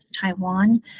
Taiwan